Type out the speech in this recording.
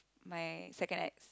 my second ex